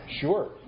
Sure